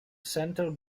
center